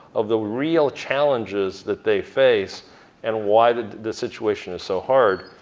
of the real challenges that they face and why the the situation is so hard.